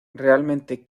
realmente